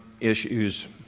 issues